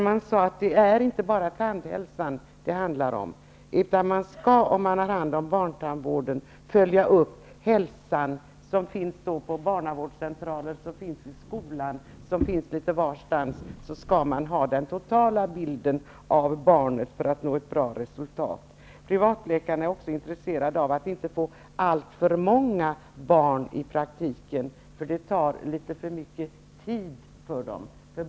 Man sade att det inte bara är tandhälsan det handlar om, utan den som handhar barntandvården skall också följa upp hälsotillståndet i samarbete med bl.a. barnavårdscentralen och skolan. Man skall ha tillgång till den totala bilden av barnet för att nå ett bra resultat. Privatläkarna är också intresserade av att inte få in alltför många barn i sin praktik, eftersom de tar litet för mycket tid i anspråk.